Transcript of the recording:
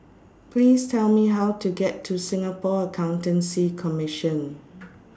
Please Tell Me How to get to Singapore Accountancy Commission